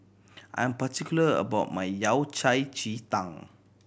I am particular about my Yao Cai ji tang